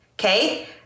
okay